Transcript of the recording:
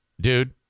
dude